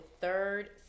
third